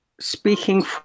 speaking